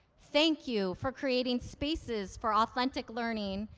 thank you for creating spaces for authentic learning,